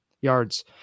yards